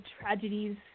tragedies